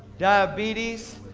diabetes,